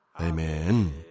Amen